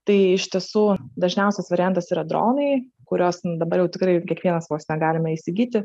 tai iš tiesų dažniausias variantas yra dronai kuriuos dabar jau tikrai kiekvienas vos ne galime įsigyti